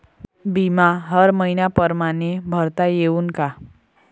बिमा हर मइन्या परमाने भरता येऊन का?